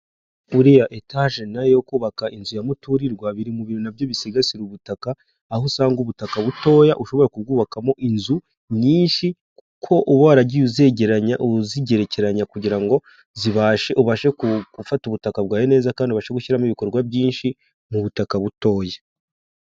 Buriya etage nayo yo kubaka inzu ya muturirwa biri mu bintu nabyo bisigasira ubutaka aho usanga ubutaka butoya ushobora kubwubakamo inzu nyinshi kuko uba waragiye uzegeranya uzigerekeranya kugira ngo zibashe ubashe gufata ubutaka bwawe neza kandi ubashe gushyiramo ibikorwa byinshi mu butaka butoya.